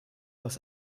aus